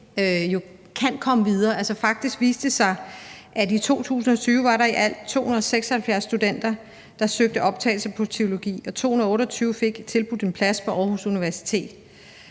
kan komme videre. Faktisk viste det sig, at i 2020 var der i alt 276 studenter, der søgte optagelse på teologi, og 228 fik tilbudt en plads på Aarhus Universitet,